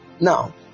Now